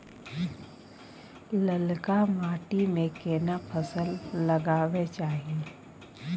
ललका माटी में केना फसल लगाबै चाही?